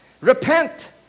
repent